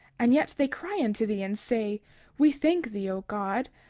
and yet they cry unto thee and say we thank thee, o god,